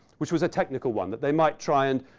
which was a technical one that they might try and,